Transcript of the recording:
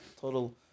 Total